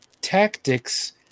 tactics